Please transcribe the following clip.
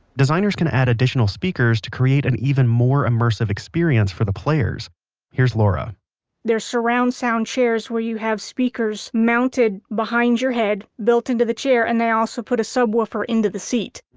designers can add additional speakers to create an even more immersive experience for players. here's laura there are surround sound chairs where you have speakers mounted behind your head, built into the chair, and they also put a subwoofer into the seat.